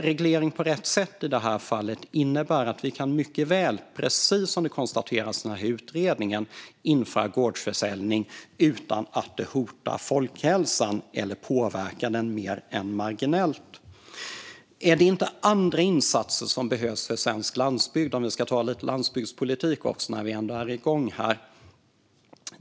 Reglering på rätt sätt i det här fallet innebär att vi mycket väl, precis som konstateras i utredningen, kan införa gårdsförsäljning utan att det hotar folkhälsan eller påverkar den mer än marginellt. När det gäller om det inte är andra insatser som behövs för svensk landsbygd kan vi ta lite landsbygdspolitik också nu när vi ändå är igång här.